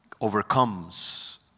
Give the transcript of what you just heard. overcomes